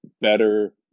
better